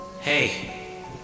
Hey